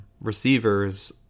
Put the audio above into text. Receivers